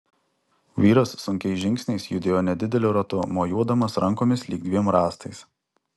vyras sunkiais žingsniais judėjo nedideliu ratu mojuodamas rankomis lyg dviem rąstais